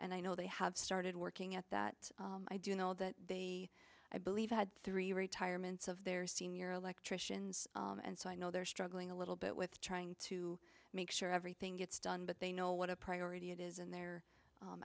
and i know they have started working at that i do know that they i believe had three retirements of their senior electricians and so i know they're struggling a little bit with trying to make sure everything gets done but they know what a priority it is and they're